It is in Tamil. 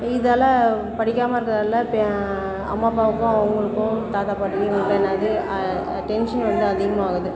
இதால படிக்காமல் இருந்ததால் அம்மா அப்பாவுக்கும் அவங்களுக்கும் தாத்தா பாட்டிக்கும் இது என்னாகுது டென்ஷன் வந்து அதிகமாகுது